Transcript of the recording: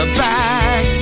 back